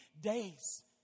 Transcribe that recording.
days